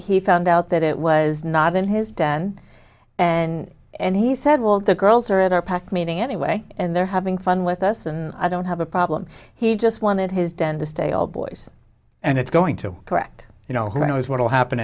he found out that it was not in his den and and he said well the girls are at our pack meeting anyway and they're having fun with us and i don't have a problem he just wanted his den to stay all boys and it's going to correct you know who knows what'll happen